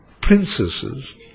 princesses